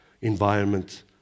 environment